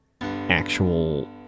actual